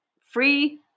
free